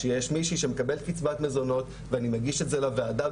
שיש מישהי שמקבלת קצבת מזונות ואני מגיש את זה לוועדה,